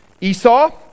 Esau